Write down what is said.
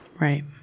Right